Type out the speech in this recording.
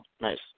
Nice